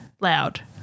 loud